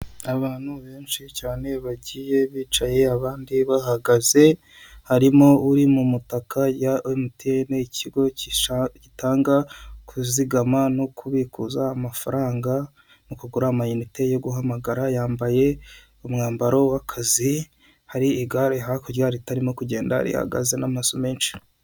Abantu benshi cyane bagiye bicaye abandi bahagaze, harimo uri mu mutaka ya emutiyene, ikigo gitanga kuzigama no kubikuza amafaranga no kugura amayinite yo guhamagara, yambaye umwambaro w'akazi, hari igare hakurya ritarimo kugenda rihagaze n'amaso menshi.